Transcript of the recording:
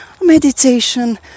meditation